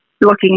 looking